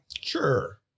Sure